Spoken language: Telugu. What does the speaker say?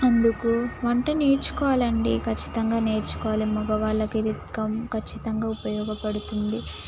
అందుకు వంట నేర్చుకోవాలి అండి కచ్చితంగా నేర్చుకోవాలి మగవాళ్ళకి ఇది కం ఖచ్చితంగా ఉపయోగపడుతుంది